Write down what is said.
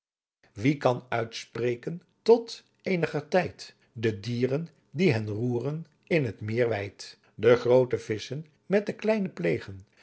wie kan uytspreken tot een'ger tijt de dieren die hen roeren in t meyr wijt de groote visschen met de kleinen plegen